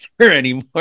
anymore